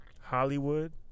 Hollywood